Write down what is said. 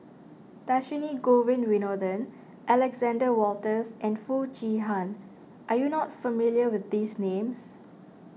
Dhershini Govin Winodan Alexander Wolters and Foo Chee Han are you not familiar with these names